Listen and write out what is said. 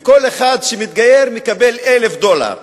וכל אחד שמתגייר מקבל 1,000 דולר.